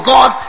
God